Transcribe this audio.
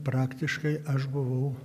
praktiškai aš buvau